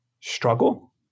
struggle